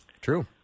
True